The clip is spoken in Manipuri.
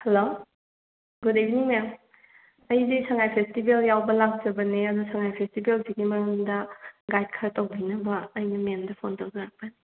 ꯍꯜꯂꯣ ꯒꯨꯗ ꯏꯚꯅꯤꯡ ꯃꯦꯝ ꯑꯩꯁꯦ ꯁꯉꯥꯏ ꯐꯦꯁꯇꯤꯕꯦꯜ ꯌꯥꯎꯕ ꯂꯥꯛꯆꯕꯅꯦ ꯑꯗꯣ ꯁꯉꯥꯏ ꯐꯦꯁꯇꯤꯕꯦꯜꯁꯤꯒꯤ ꯃꯔꯝꯗ ꯒꯥꯏꯗ ꯈꯔ ꯇꯧꯕꯤꯅꯕ ꯑꯩ ꯃꯦꯝꯗ ꯐꯣꯟ ꯇꯧꯖꯔꯛꯄꯅꯦ